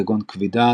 כגון כבידה,